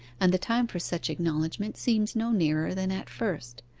and the time for such acknowledgment seems no nearer than at first.